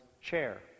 chair